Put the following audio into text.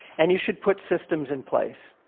and you should put systems in place.